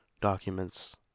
documents